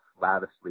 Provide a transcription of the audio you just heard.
lavishly